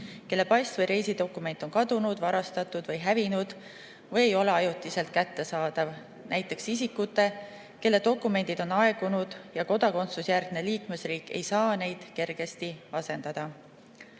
kelle pass või reisidokument on kadunud, varastatud või hävinud või ei ole ajutiselt kättesaadav, näiteks isikule, kelle dokumendid on aegunud ja kodakondsusjärgne liikmesriik ei saa neid kergesti asendada.